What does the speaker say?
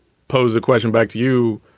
pose the question back to you